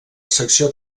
secció